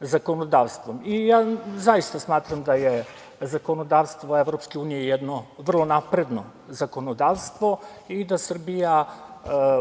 zakonodavstvom. Zaista smatram da je zakonodavstvo EU jedno vrlo napredno zakonodavstvo i da Srbija